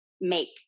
make